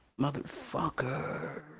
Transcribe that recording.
Motherfucker